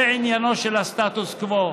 זה עניינו של הסטטוס קוו.